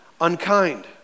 unkind